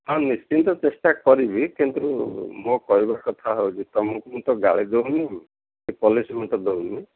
ହଁ ନିଶ୍ଚିନ୍ତ ଚେଷ୍ଟା କରିବି କିନ୍ତୁ ମୋ କହିବା କଥା ହେଉଛି ତୁମକୁ ତ ମୁଁ ଗାଳି ଦେଉନି କି ପନିସ୍ମେଣ୍ଟ୍ ଦେଉନି